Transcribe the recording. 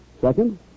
Second